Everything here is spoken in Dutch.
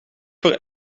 voor